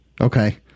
Okay